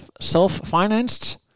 self-financed